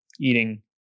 eating